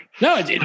No